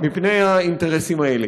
מפני האינטרסים האלה.